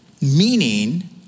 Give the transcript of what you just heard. Meaning